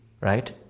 right